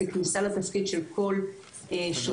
ככניסה לתפקיד של כל שוטר,